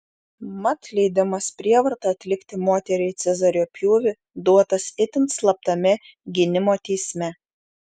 mat leidimas prievarta atlikti moteriai cezario pjūvį duotas itin slaptame gynimo teisme